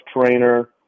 trainer